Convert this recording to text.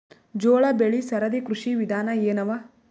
ಜೋಳ ಬೆಳಿ ಸರದಿ ಕೃಷಿ ವಿಧಾನ ಎನವ?